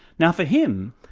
now for him,